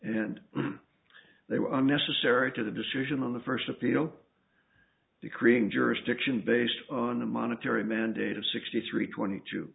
and they were unnecessary to the decision on the first appeal decreeing jurisdiction based on a monetary mandate of sixty three twenty two